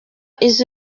izzo